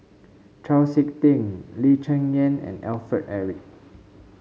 Chau SiK Ting Lee Cheng Yan and Alfred Eric